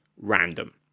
random